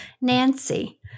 nancy